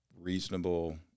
reasonable